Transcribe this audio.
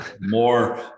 more